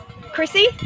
Chrissy